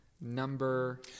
number